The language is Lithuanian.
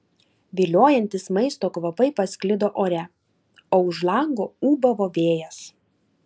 viliojantys maisto kvapai pasklido ore o už lango ūbavo vėjas